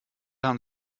haben